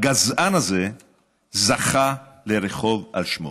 הגזען הזה זכה לרחוב על שמו.